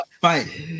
fight